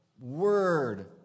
word